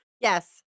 yes